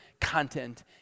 content